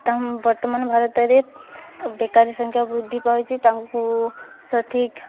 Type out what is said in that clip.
ବର୍ତ୍ତମାନ ଭାରତରେ ବେକାରୀ ସଂଖ୍ୟା ବୃଦ୍ଧି ପାଉଛି ତାଙ୍କୁ ସଠିକ୍